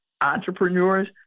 entrepreneurs